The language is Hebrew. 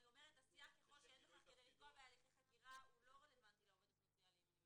אני מתכוונת שהסייג שהקראתי הוא לא רלוונטי לעובד הסוציאלי.